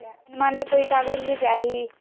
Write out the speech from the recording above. लोनमा ले कोई कागज भी चाही?